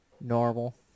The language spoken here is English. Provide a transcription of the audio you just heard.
Normal